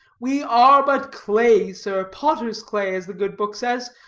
we are but clay, sir, potter's clay, as the good book says,